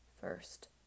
first